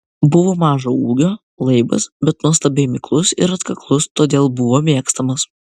buvo mažo ūgio laibas bet nuostabiai miklus ir atkaklus todėl buvo mėgstamas